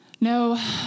No